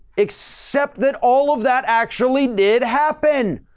except that all of that actually did happen.